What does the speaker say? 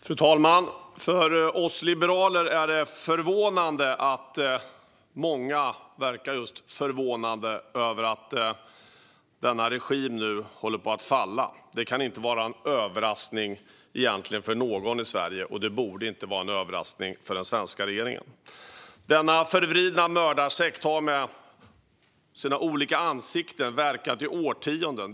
Fru talman! För oss liberaler är det förvånande att många verkar just förvånade över att denna regim nu håller på att falla. Det kan egentligen inte vara en överraskning för någon i Sverige, och det kan inte vara en överraskning för den svenska regeringen. Denna förvridna mördarsekt har med sina olika ansikten verkat i årtionden.